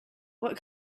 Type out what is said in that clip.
what